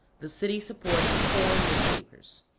the city supports four newspapers.